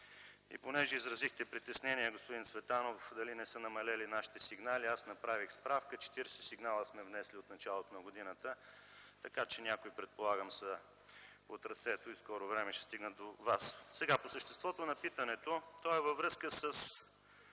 Понеже изразихте притеснение, господин Цветанов, дали не са намалели нашите сигнали, аз направих справка – 40 сигнала сме внесли от началото на годината, така че някои предполагам са по трасето и в скоро време ще стигнат до Вас. Сега по съществото на питането – то е във връзка със